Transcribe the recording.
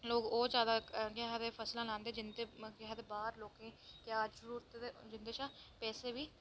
लोक ओह् जादा फसलां लांदे केह् आखदे बाह्र लोकें हमेशां पैसे भी